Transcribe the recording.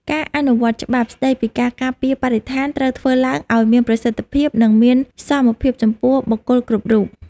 ការអនុវត្តច្បាប់ស្តីពីការការពារបរិស្ថានត្រូវធ្វើឡើងឱ្យមានប្រសិទ្ធភាព និងមានសមភាពចំពោះបុគ្គលគ្រប់រូប។